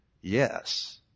yes